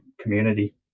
community